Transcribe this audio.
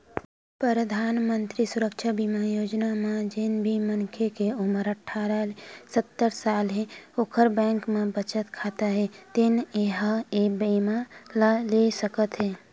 परधानमंतरी सुरक्छा बीमा योजना म जेन भी मनखे के उमर अठारह ले सत्तर साल हे ओखर बैंक म बचत खाता हे तेन ह ए बीमा ल ले सकत हे